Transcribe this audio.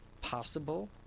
possible